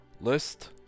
list